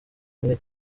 bumwe